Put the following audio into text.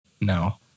No